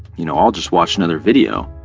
you know, i'll just watch another video